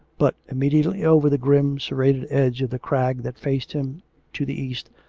but, immediately over the grim, serrated edge of the crag that faced him to the east,